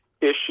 issue